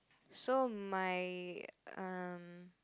so my um